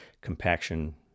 compaction